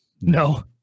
no